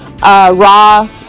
Raw